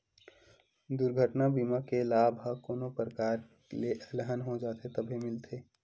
दुरघटना बीमा के लाभ ह कोनो परकार ले अलहन हो जाथे तभे मिलथे